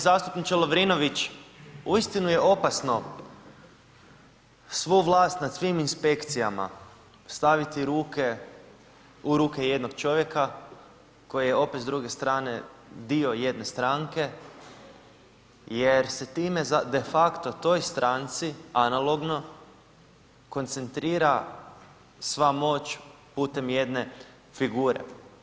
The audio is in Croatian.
Uvaženi zastupniče Lovrinović, uistinu je opasno svu vlast nad svim inspekcijama staviti u ruke jednog čovjeka koji je opet s druge strane dio jedne stranke jer se time, defakto toj stranci analogno koncentrira sva moć putem jedne figure.